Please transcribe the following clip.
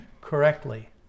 correctly